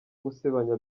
gusebanya